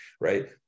right